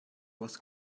was